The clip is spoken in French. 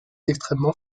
extrêmement